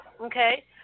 okay